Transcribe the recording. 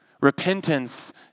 Repentance